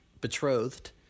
betrothed